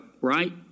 right